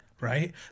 right